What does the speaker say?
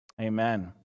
Amen